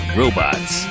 robots